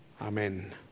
Amen